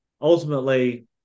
ultimately